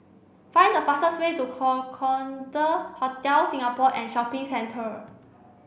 find the fastest way to Hotel Singapore and Shopping Centre